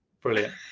Brilliant